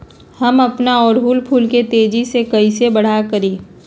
हम अपना ओरहूल फूल के तेजी से कई से बड़ा करी?